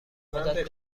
خودت